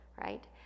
right